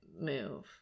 move